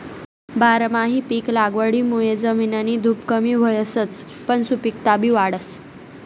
बारमाही पिक लागवडमुये जमिननी धुप कमी व्हसच पन सुपिकता बी वाढस